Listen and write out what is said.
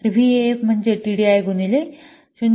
तर व्हीएएफ म्हणजे टीडीआय गुणिले 0